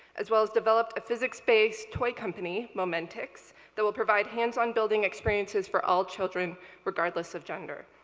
as well as developed a physics-based toy company, momentix, that will provide hands-on building experiences for all children regardless of gender.